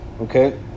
Okay